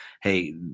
hey